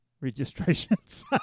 registrations